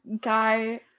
guy